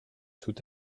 tout